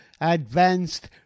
advanced